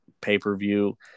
pay-per-view